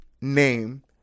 name